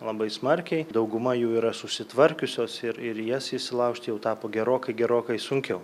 labai smarkiai dauguma jų yra susitvarkiusios ir ir jas įsilaužti jau tapo gerokai gerokai sunkiau